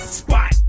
spot